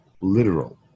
literal